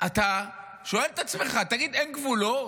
אתה שואל את עצמך: תגיד, אין גבולות?